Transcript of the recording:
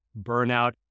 burnout